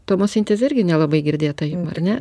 tomosintezė irgi nelabai girdėta jum ar ne